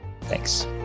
Thanks